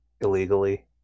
Illegally